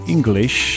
English